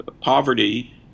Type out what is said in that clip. poverty